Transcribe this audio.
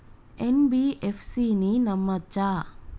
NBFC ని నమ్మచ్చా?